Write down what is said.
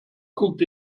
cooked